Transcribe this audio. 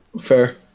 Fair